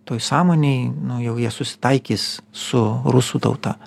toj sąmonėj nu jau jie susitaikys su rusų tauta